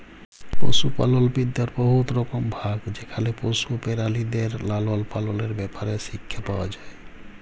পশুপালল বিদ্যার বহুত রকম ভাগ যেখালে পশু পেরালিদের লালল পাললের ব্যাপারে শিখ্খা পাউয়া যায়